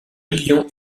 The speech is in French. million